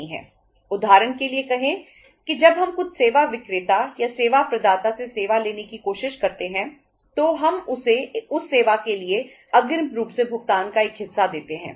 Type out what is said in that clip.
उदाहरण के लिए कहें कि जब हम कुछ सेवा विक्रेता या सेवा प्रदाता से सेवा लेने की कोशिश करते हैं तो हम उसे उस सेवा लिए अग्रिम रूप से भुगतान का एक हिस्सा देते हैं